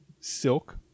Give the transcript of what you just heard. silk